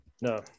No